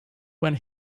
when